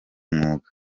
mwuga